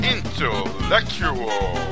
Intellectual